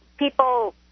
people